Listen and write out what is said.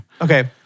Okay